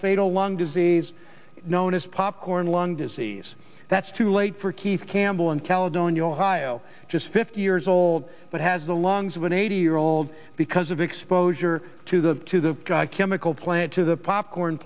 fatal lung disease known as popcorn lung disease that's too late for keith campbell in caledonia ohio just fifty years old but has the lungs of an eighty year old because of exposure to the to the chemical plant to the popcorn